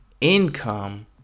income